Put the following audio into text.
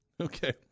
Okay